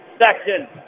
section